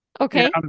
Okay